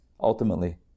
Ultimately